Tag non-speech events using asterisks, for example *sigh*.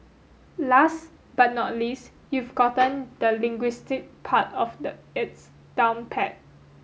last but not least you've gotten the linguistics part of *unintelligible* it down pat